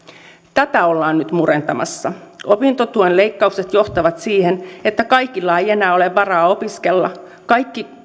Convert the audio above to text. tätä ollaan nyt murentamassa opintotuen leikkaukset johtavat siihen että kaikilla ei enää ole varaa opiskella